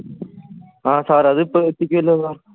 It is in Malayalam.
ആ സാറേ അത് ഇപ്പോൾ എത്തിക്കുമല്ലോ